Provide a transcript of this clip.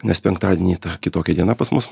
nes penktadienį ta kitokia diena pas mus